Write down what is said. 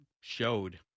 showed